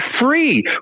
free